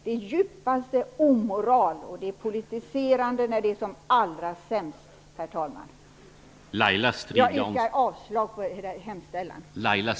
Det är djupaste omoral, och det är politiserande när det är som allra sämst, herr talman! Jag yrkar avslag på det särskilda yrkandet.